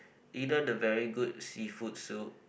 either the very good seafood soup